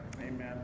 amen